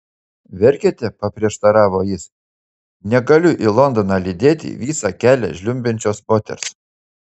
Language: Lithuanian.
verkiate paprieštaravo jis negaliu į londoną lydėti visą kelią žliumbiančios moters